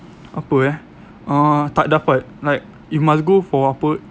apa eh uh tak dapat like you must go for apa